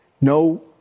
No